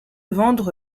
vendre